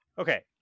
Okay